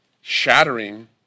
shattering